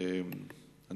פוליטית ודתית.